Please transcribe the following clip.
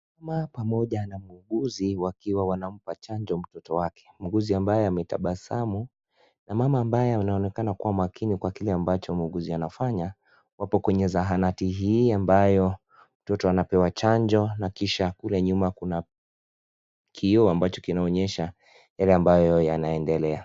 Mama pamoja na muuguzi wakiwa wanampa chanjo mtoto wake, muuguzi ambaye ametabasamu na mama ambaye anaonekana kuwa makini kwa kile ambacho muuguzi anafanya, wapo kwenye zahanati hii ambayo mtoto anapewa chanjo na kisha kule nyuma kuna kioo ambacho kinaonyesha yale ambayo yanaendelea.